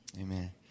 amen